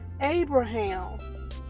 Abraham